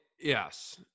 Yes